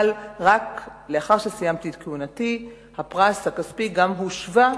אבל רק לאחר שסיימתי את כהונתי הפרס הכספי הושווה.